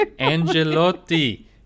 angelotti